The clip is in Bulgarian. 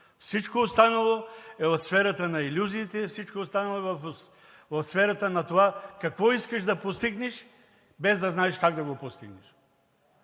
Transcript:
Всичко останало е в сферата на илюзиите, всичко останало е в сферата на това какво искаш да постигнеш, без да знаеш как да го постигнеш.